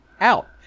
out